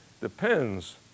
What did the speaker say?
depends